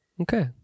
okay